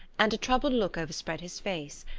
and a troubled look overspread his face.